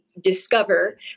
discover